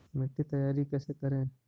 मिट्टी तैयारी कैसे करें?